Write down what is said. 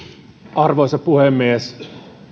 arvoisa puhemies